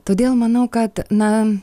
todėl manau kad na